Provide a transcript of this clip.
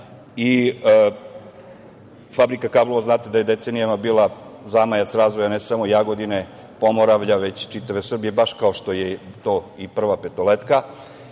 i fabrika kablova, znate da je decenijama bila zamajac razvoja ne samo Jagodine, Pomoravlja već čitave Srbije, baš kao što je to i „Prva petoletka“.